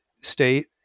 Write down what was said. state